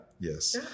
Yes